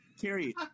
Carrie